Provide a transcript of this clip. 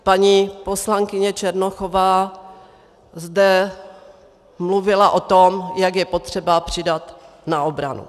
Paní poslankyně Černochová zde mluvila o tom, jak je potřeba přidat na obranu.